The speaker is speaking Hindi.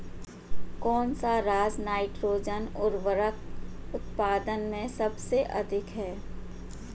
कौन सा राज नाइट्रोजन उर्वरक उत्पादन में सबसे अधिक है?